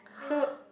so